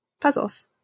puzzles